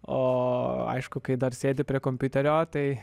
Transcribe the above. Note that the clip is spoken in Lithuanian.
o aišku kai dar sėdi prie kompiuterio tai